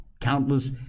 countless